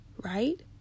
right